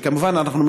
וכמובן אנחנו,